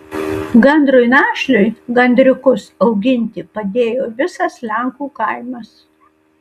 gandrui našliui gandriukus auginti padėjo visas lenkų kaimas